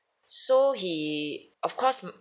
so he of course